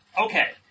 Okay